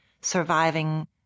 surviving